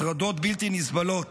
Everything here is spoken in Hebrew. נחשפתי להטרדות בלתי נסבלות